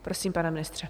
Prosím, pane ministře.